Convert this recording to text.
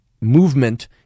movement